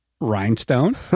Rhinestone